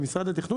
במשרד התכנון,